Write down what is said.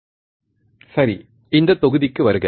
சோதனை தலைகீழ் பெருக்கியாக ஆப் ஆம்ப் சரி இந்த தொகுதிக்கு வருக